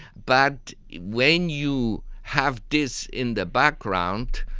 but when you have this in the background,